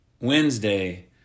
Wednesday